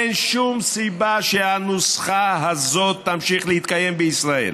אין שום סיבה שהנוסחה הזאת תמשיך להתקיים בישראל.